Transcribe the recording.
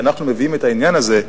אנחנו מביאים את העניין הזה,